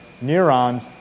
neurons